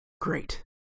great